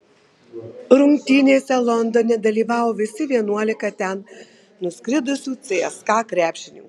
rungtynėse londone dalyvavo visi vienuolika ten nuskridusių cska krepšininkų